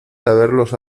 haberlos